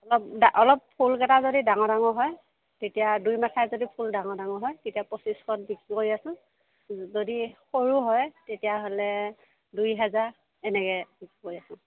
অলপ অলপ ফুলকেইটা যদি ডাঙৰ ডাঙৰ হয় তেতিয়া দুই মাথাই যদি ফুল ডাঙৰ ডাঙৰ হয় তেতিয়া পঁচিছশত বিক্ৰী কৰি আছোঁ যদি সৰু হয় তেতিয়াহ'লে দুই হাজাৰ এনেকৈ